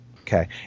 Okay